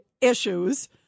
issues